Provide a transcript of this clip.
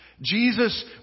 Jesus